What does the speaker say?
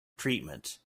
treatment